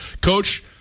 Coach